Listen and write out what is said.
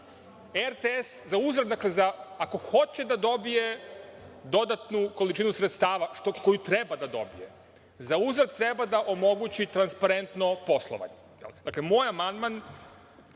dakle, ako hoće da dobije dodatnu količinu sredstava koju treba da dobije, za uzvrat treba da omogući transparentno poslovanje. Moj amandman